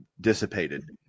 dissipated